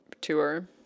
tour